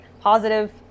positive